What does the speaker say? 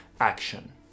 action